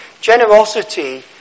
Generosity